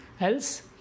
else